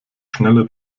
schneller